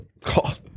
God